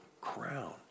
crown